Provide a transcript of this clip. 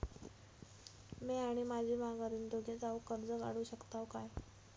म्या आणि माझी माघारीन दोघे जावून कर्ज काढू शकताव काय?